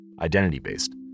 identity-based